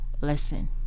listen